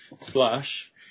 slash